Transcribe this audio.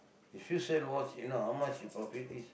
if you sell watch you know how much your profit is